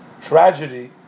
tragedy